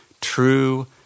true